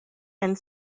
and